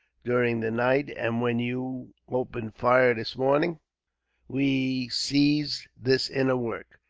during the night and when you opened fire this morning we seized this inner work,